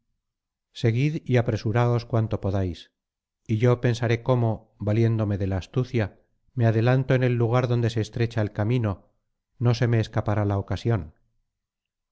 seguid y apresuraos cuanto podáis y yo pensaré cómo valiéndome de la astucia me adelanto en el lugar donde se estrecha el camino no se me escapará la ocasión